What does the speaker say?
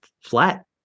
flat